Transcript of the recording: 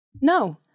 No